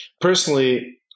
Personally